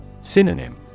Synonym